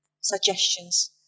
suggestions